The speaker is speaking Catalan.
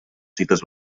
cites